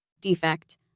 Defect